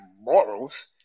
morals